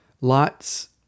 Lot's